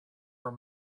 were